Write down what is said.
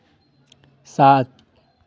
सात